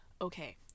okay